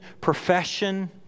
profession